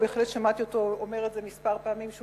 ובהחלט שמעתי אותו אומר מספר פעמים שהוא